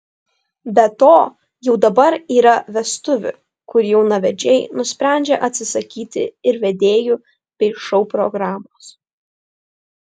be to jau dabar yra vestuvių kur jaunavedžiai nusprendžia atsisakyti ir vedėjų bei šou programos